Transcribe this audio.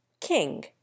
king